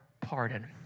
pardon